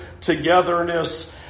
togetherness